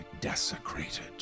desecrated